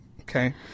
Okay